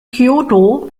kyōto